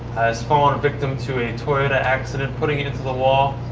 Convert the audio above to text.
has fallen victim to a toyota accident, putting it into the wall.